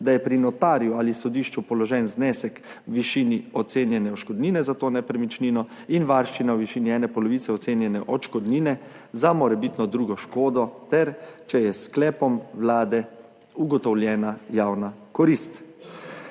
da je pri notarju ali sodišču položen znesek v višini ocenjene odškodnine za to nepremičnino in varščina v višini ene polovice ocenjene odškodnine za morebitno drugo škodo ter če je s sklepom vlade ugotovljena javna korist.